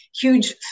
huge